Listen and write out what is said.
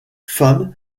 femmes